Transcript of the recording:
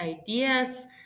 ideas